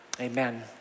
Amen